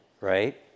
right